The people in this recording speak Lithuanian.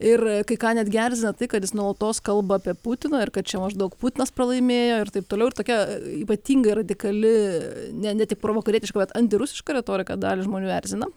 ir kai ką netgi erzina tai kad jis nuolatos kalba apie putiną ir kad čia maždaug putinas pralaimėjo ir taip toliau ir tokia ypatingai radikali ne ne tik provakarietiška bet antirusiška retorika dalį žmonių erzina